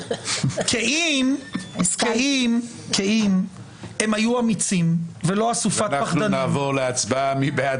כי אם הם היו אמיצים ולא אסופת פחדנים- -- נצביע על